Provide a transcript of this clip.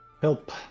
help